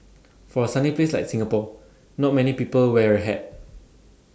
for A sunny place like Singapore not many people wear A hat